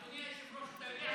אדוני היושב-ראש,